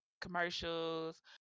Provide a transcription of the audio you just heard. commercials